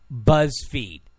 BuzzFeed